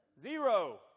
Zero